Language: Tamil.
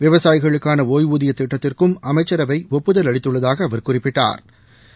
விவசாயிகளுக்கானஒய்வூதியதிட்டத்திற்கும் அமைச்சரவைஒப்புதல் அளித்துள்ளதாகஅவா குறிப்பிட்டா்